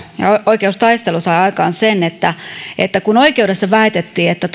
oikeustaistelu sai aikaan sen että että kun oikeudessa väitettiin että